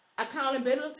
Accountability